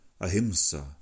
Ahimsa